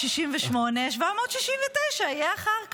768, 769 יהיה אחר כך.